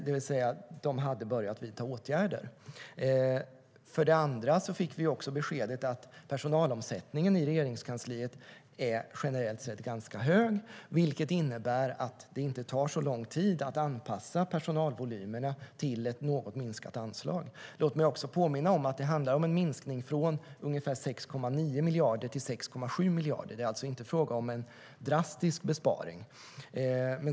De hade alltså börjat vidta åtgärder. Låt mig också påminna om att det handlar om en minskning från ungefär 6,9 miljarder till 6,7 miljarder. Det är alltså inte fråga om någon drastisk besparing.